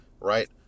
right